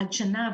עד שנה,